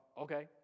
okay